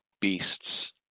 beasts